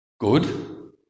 good